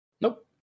Nope